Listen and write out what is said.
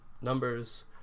numbers